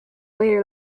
later